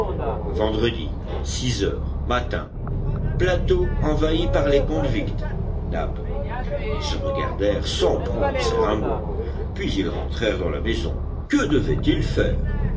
vendredi h matin plateau envahi par les convicts nab ils se regardèrent sans prononcer un mot puis ils rentrèrent dans la maison que devaient-ils faire